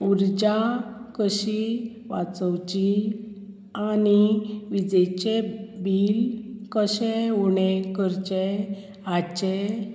उर्जा कशी वाचोवची आनी विजेचें बील कशें उणें करचें हाचें